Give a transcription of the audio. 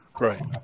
Right